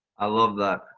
i love that.